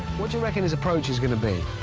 what do you reckon his approach is gonna be?